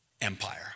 empire